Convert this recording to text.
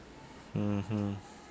mmhmm